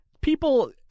People